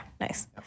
nice